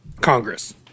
Congress